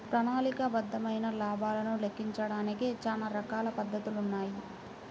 ప్రణాళికాబద్ధమైన లాభాలను లెక్కించడానికి చానా రకాల పద్ధతులున్నాయి